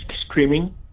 screaming